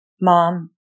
Mom